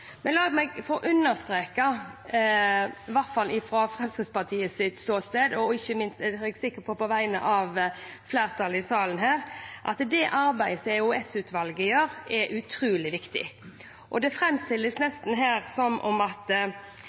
Men la meg få understreke, i hvert fall fra Fremskrittspartiets ståsted – og jeg er sikker på, på vegne av flertallet i salen – at det arbeidet som EOS-utvalget gjør, er utrolig viktig. Det framstilles nesten som om vi underkjenner EOS-utvalgets arbeid, og at